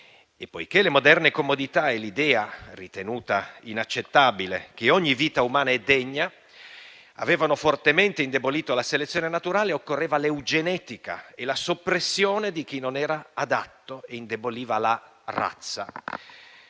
E, poiché le moderne comodità e l'idea - ritenuta inaccettabile - che ogni vita umana è degna avevano fortemente indebolito la selezione naturale, occorreva l'eugenetica e la soppressione di chi non era adatto e indeboliva la razza.